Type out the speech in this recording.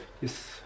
Yes